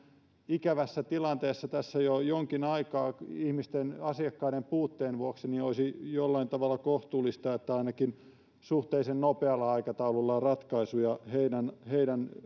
ikävässä tilanteessa tässä jo jonkin aikaa ihmisten asiakkaiden puutteen vuoksi niin olisi jollain tavalla kohtuullista että ainakin suhteellisen nopealla aikataululla ratkaisuja heidän heidän